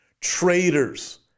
Traitors